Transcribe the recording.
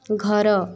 ଘର